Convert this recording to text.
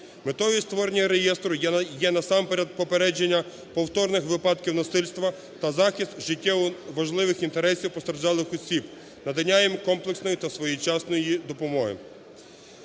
Метою створення реєстру є насамперед попередження повторних випадків насильства та захист життєво важливих інтересів постраждалих осіб, надання їм комплексної та своєчасної допомоги.